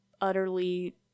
utterly